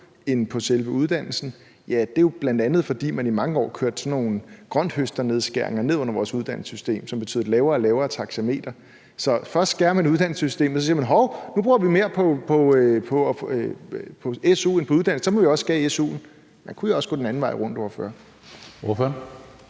end på selve uddannelsen, så skyldes det jo bl.a., at man i mange år kørte sådan nogle grønthøsternedskæringer ned over vores uddannelsessystem, hvilket betød, at man havde et stadig lavere taxameter. Så først skærer man i uddannelsessystemet, og så siger man: Hov, nu bruger vi mere på su'en end på uddannelserne – så må vi også skære i su'en. Man kunne jo også gå den anden vej rundt, ordfører.